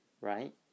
Right